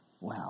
Wow